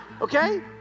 okay